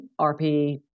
RP